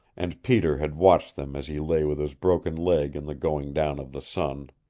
and peter had watched them as he lay with his broken leg in the going down of the sun.